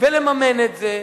ולממן את זה,